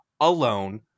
alone